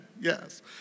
Yes